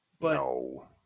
No